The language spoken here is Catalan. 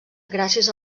gràcies